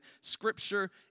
scripture